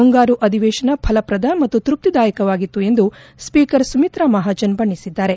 ಮುಂಗಾರು ಅಧಿವೇಶನ ಫಲಪ್ರದ ಮತ್ತು ತೃಪ್ತಿದಾಯಕವಾಗಿತ್ತು ಎಂದು ಸ್ಪೀಕರ್ ಸುಮಿತ್ರಾ ಮಹಾಜನ್ ಬಣ್ಣಿಸಿದ್ದಾರೆ